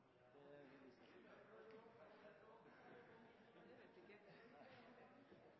vi legger fram tilleggsmeldingen. Men det er